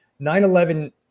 9-11